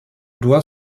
doit